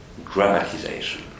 grammatization